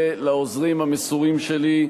ולעוזרים המסורים שלי,